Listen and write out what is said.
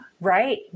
right